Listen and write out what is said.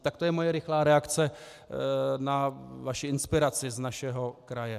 Tak to je moje rychlá reakce na vaši inspiraci z našeho kraje.